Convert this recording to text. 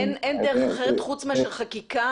אין דרך אחרת חוץ מאשר חקיקה,